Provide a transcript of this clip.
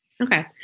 Okay